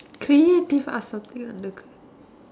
creative ask something lah